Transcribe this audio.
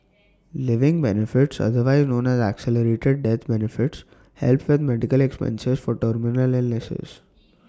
living benefits otherwise known as accelerated death benefits help with medical expenses for terminal illnesses